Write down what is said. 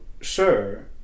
sure